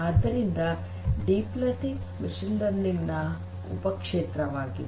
ಆದ್ದರಿಂದ deep learning machine learning ನ ಉಪಕ್ಷೇತ್ರವಾಗಿದೆ